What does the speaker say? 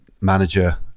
manager